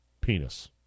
penis